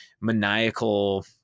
maniacal